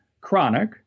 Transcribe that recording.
chronic